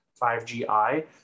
5GI